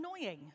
annoying